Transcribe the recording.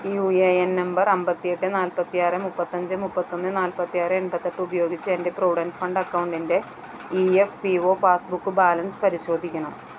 you A N number അമ്പത്തെട്ട് നാൽപത്തിയാറ് മുപ്പത്തഞ്ച് മുപ്പത്തൊന്ന് നാൽപത്തിയാറ് എൺപത്തെട്ട് ഉപയോഗിച്ച് എന്റെ പ്രൊവിഡൻറ്റ് ഫണ്ട അക്കൗണ്ടിന്റെ E F P O passbook balance പരിശോധിക്കണം